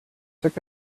took